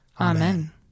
Amen